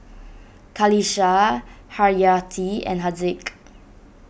Qalisha Haryati and Haziq